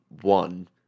one